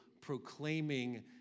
proclaiming